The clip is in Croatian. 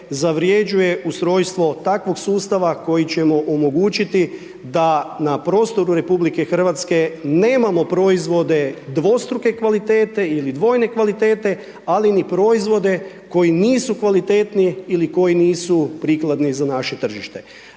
zavrjeđuje ustrojstvo takvog sustava kojim ćemo omogućiti da na prostoru RH nemamo proizvode dvostruke kvalitete ili dvojne kvalitete ali ni proizvode koji nisu kvalitetni ili koji nisu prikladni za naše tržište.